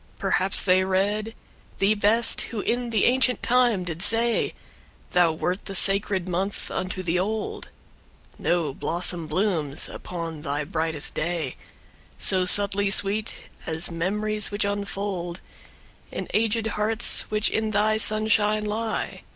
perhaps they read thee best who in the ancient time did say thou wert the sacred month unto the old no blossom blooms upon thy brightest day so subtly sweet as memories which unfold in aged hearts which in thy sunshine lie,